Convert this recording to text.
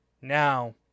Now